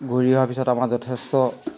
ঘূৰি অহাৰ পিছত আমাৰ যথেষ্ট